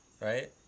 right